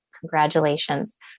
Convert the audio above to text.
congratulations